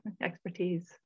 expertise